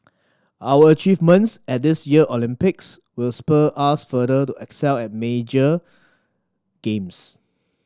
our achievements at this year Olympics will spur us further to excel at major games